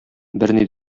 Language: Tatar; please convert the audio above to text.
берни